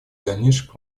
дальнейших